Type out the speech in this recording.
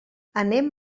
anem